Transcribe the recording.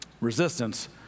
resistance